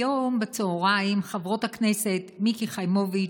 היום בצוהריים חברות הכנסת מיקי חיימוביץ'